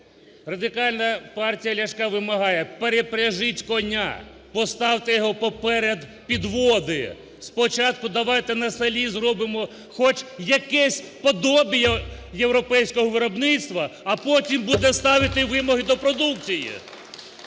Радикальна партія Ляшка вимагає перепряжіть коня, поставте його поперед підводи. Спочатку давайте на селі зробимо хоч якесь подобіє європейського виробництва, а потім будемо ставити вимоги до продукції.